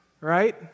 right